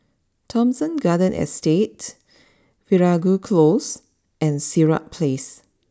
Thomson Garden Estate Veeragoo close and Sirat place